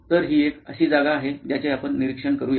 तर ही एक अशी जागा आहे ज्याचे आपण निरीक्षण करू या